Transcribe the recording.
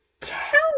tell